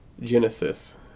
Genesis